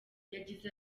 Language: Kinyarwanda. yagize